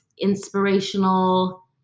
inspirational